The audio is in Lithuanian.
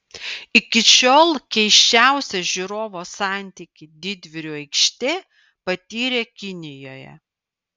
iki šiol keisčiausią žiūrovo santykį didvyrių aikštė patyrė kinijoje